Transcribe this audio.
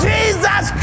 Jesus